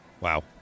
Wow